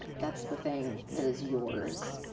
that's the thing that is yours,